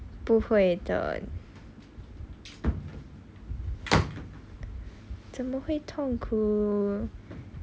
不会的怎么会痛哭